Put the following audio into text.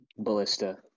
Ballista